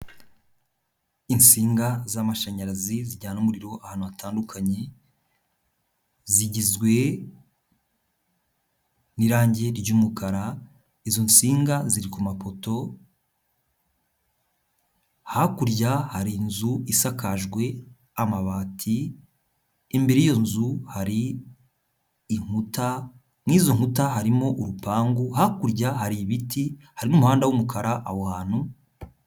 Inshinga z'amashanyarazi zijyana umuriro ahantu hatandukanye, zigizwe n'irangi ry'umukara, izo nsinga ziri ku mapoto hakurya hari inzu isakajwe amabati, imbere y'iyo nzu hari inkuta, mu izo nkuta harimo urupangu, hakurya hari ibiti, hari n'umuhanda w'umukara aho hantu